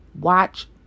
Watch